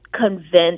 convinced